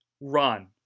run